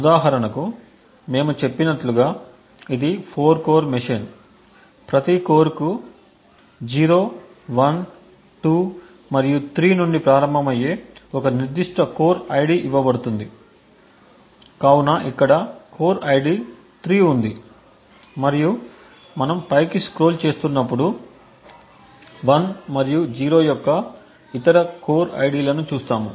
ఉదాహరణకు మేము చెప్పినట్లుగా ఇది 4 కోర్ మెషీన్ ప్రతి కోర్కు 0 1 2 మరియు 3 నుండి ప్రారంభమయ్యే ఒక నిర్దిష్ట కోర్ ఐడి ఇవ్వబడుతుంది కాబట్టి ఇక్కడ కోర్ ID 3 ఉంది మరియు మనం పైకి స్క్రోల్ చేస్తున్నప్పుడు 1 మరియు 0 యొక్క ఇతర కోర్ ID లను చూస్తాము